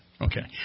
Okay